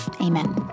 Amen